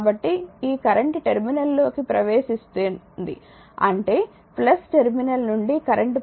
కాబట్టి ఈ కరెంట్ టెర్మినల్లోకి ప్రవేశిస్తోంది అంటే టెర్మినల్ నుండి కరెంట్ ప్రవహిస్తోంది